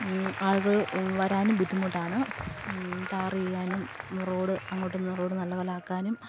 ആളുകൾ വരാനും ബുദ്ധിമുട്ടാണ് ടാർ ചെയ്യാനും റോഡ് അങ്ങോട്ടുനിന്ന് റോഡ് നല്ലപോലെ ആക്കാനും